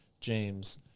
James